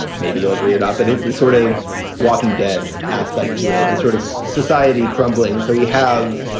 maybe you'll agree it up. it is the sort of walking dead aspect, yeah sort of. society crumbling. so we have,